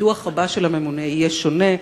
הדוח הבא של הממונה יהיה שונה,